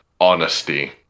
honesty